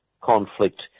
conflict